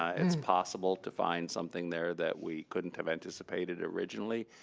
ah it's possible to find something there that we couldn't have anticipated originally,